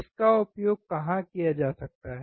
इसका उपयोग कहां किया जा सकता है